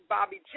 Bobby